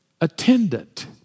attendant